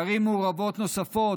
בערים מעורבות נוספות,